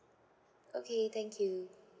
okay thank you